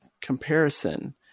comparison